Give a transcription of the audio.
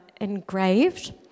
engraved